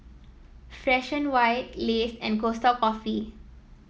Fresh And White Lays and Costa Coffee